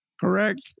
correct